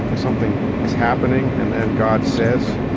something is happening and then god says,